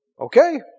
okay